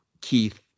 Keith